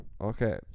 Okay